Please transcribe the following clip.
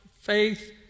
faith